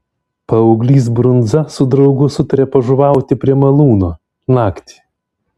paauglys brundza su draugu sutarė pažuvauti prie malūno naktį